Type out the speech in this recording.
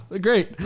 Great